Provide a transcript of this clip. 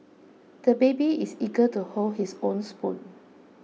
the baby is eager to hold his own spoon